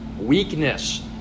Weakness